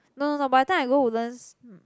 no no no by the time I go Woodlands